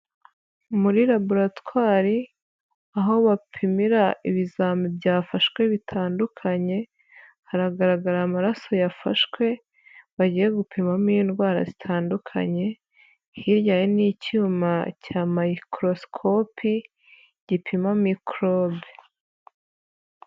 Muri laboratwari aho bapimira ibizami byafashwe bitandukanye, haragaragara amaraso yafashwe bagiye gupimamo indwara zitandukanye, hirya hari n'icyuma cya miroscope gipima microbe.